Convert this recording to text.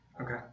okay